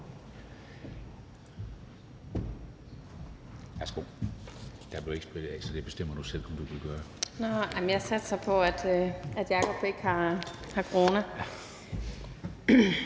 Jeg satser på, at Jacob Jensen ikke har corona.